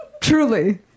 Truly